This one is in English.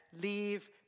leave